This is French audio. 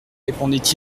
répondait